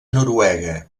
noruega